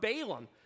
Balaam